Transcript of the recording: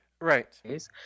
right